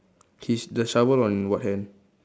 his the shovel on what hand